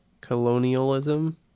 colonialism